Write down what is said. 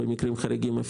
במקרים חריגים,